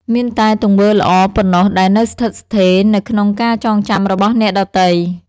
មានតែ ទង្វើល្អ ប៉ុណ្ណោះដែលនៅស្ថិតស្ថេរនៅក្នុងការចងចាំរបស់អ្នកដទៃ។